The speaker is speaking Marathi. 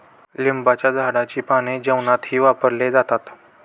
लिंबाच्या झाडाची पाने जेवणातही वापरले जातात